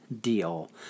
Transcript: deal